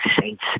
saints